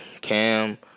Cam